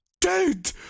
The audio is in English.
dude